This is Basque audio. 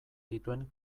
dituen